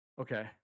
Okay